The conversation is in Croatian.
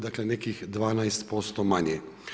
Dakle, nekih 12% manje.